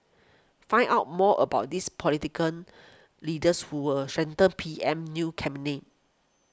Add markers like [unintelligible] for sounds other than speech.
find out more about these [unintelligible] leaders who'll strengthen PM's new cabinet